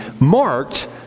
marked